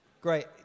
Great